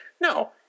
No